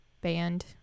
band